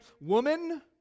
Woman